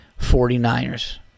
49ers